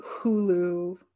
Hulu